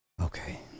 okay